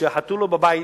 כשהחתול לא בבית,